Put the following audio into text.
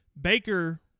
Baker